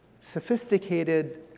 sophisticated